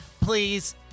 please